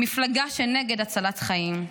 מפלגה נגד הצלת חיים.